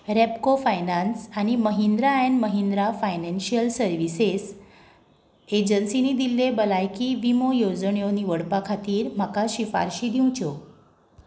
Repco finance आनी Mahindra and Mahindra financial services एजन्सिनी दिल्ले भलायकी विमो येवजण्यो निवडपा खातीर म्हाका शिफारशी दिवच्यो